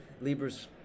Libra's